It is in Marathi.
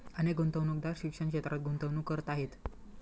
अनेक गुंतवणूकदार शिक्षण क्षेत्रात गुंतवणूक करत आहेत